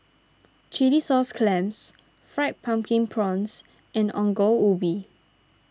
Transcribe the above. Chilli Sauce Clams Fried Pumpkin Prawns and Ongol Ubi